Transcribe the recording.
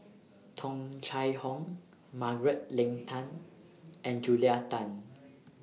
Tung Chye Hong Margaret Leng Tan and Julia Tan